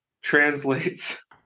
translates